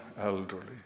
elderly